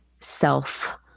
self